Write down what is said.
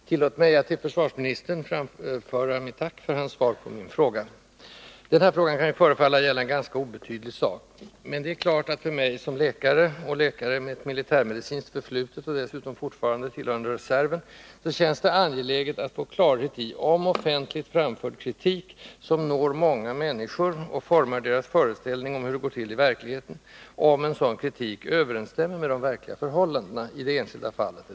Herr talman! Tillåt mig att till försvarsministern framföra ett tack för hans svar på min fråga. Denna fråga kan förefalla att gälla en ganska obetydlig sak. Men det är klart att det för mig som läkare, med ett militärmedicinskt förflutet och dessutom fortfarande tillhörande reserven, känns angeläget att få klarhet i om offentligt framförd kritik, som når många människor och formar deras föreställning om hur det går till i verkligheten, överensstämmer med de faktiska förhållandena i det enskilda fallet.